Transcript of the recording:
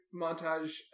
montage